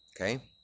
Okay